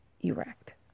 erect